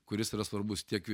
kuris yra svarbus tiek